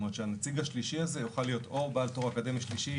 זאת אומרת הנציג השלישי הזה יוכל להיות או בעל תואר אקדמי שלישי,